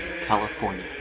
California